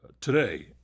Today